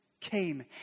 came